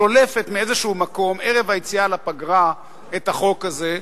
שולפת מאיזה מקום, ערב היציאה לפגרה, את החוק הזה,